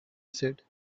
said